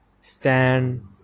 stand